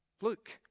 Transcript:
Look